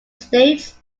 states